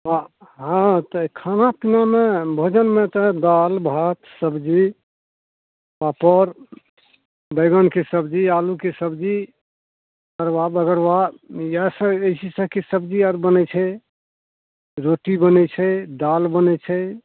बबाके हँ तऽ खानापीनामे भोजनमे तऽ दालिभात सब्जी पापड़ बैगनके सब्जी आलूके सब्जी तरुआ बघरुआ इएहसब एहि सबके सब्जी आर बनै छै रोटी बनै छै दालि बनै छै